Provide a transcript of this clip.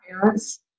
parents